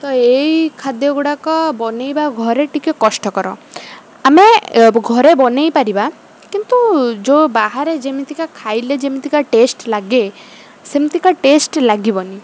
ତ ଏଇ ଖାଦ୍ୟ ଗୁଡ଼ାକ ବନେଇବା ଘରେ ଟିକେ କଷ୍ଟକର ଆମେ ଘରେ ବନେଇ ପାରିବା କିନ୍ତୁ ଯୋଉ ବାହାରେ ଯେମିତିକା ଖାଇଲେ ଯେମିତିକା ଟେଷ୍ଟ୍ ଲାଗେ ସେମିତିକା ଟେଷ୍ଟ୍ ଲାଗିବନି